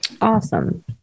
Awesome